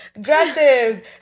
dresses